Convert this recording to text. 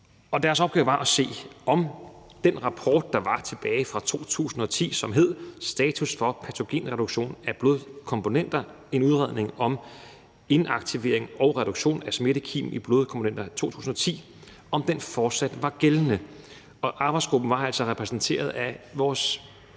deres opgave var at se, om den rapport, der var tilbage fra 2010, som hed »Status for patogenreduktion af blodkomponenter – en udredning om inaktivering og reduktion af smittekim i blodkomponenter 2010«, fortsat var gældende. I arbejdsgruppen var vores fremmeste eksperter